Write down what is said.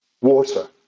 water